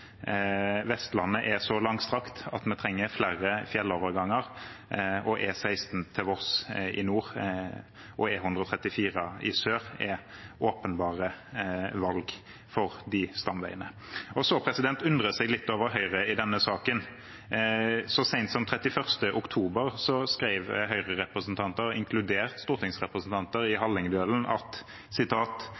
Vestlandet er så langstrakt at vi trenger flere fjelloverganger, og E16 til Voss i nord og E134 i sør er åpenbare valg for de stamveiene. Så må en undre seg litt over Høyre i denne saken. Så sent som 31. oktober skrev Høyre-representanter, inkludert stortingsrepresentanter, i Hallingdølen: